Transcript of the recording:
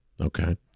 Okay